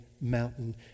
mountain